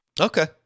Okay